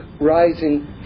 rising